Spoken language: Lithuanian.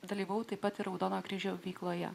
dalyvavau taip pat ir raudonojo kryžiaus veikloje